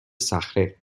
صخره